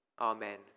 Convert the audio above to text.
amen